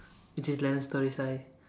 which is eleven stories high